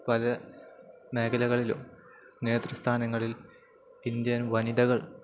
പല മേഖലകളിലും നേതൃസ്ഥാനങ്ങളിൽ ഇന്ത്യൻ വനിതകൾ